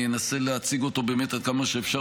אני אנסה להציג אותו באמת עד כמה שאפשר